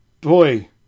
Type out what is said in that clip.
boy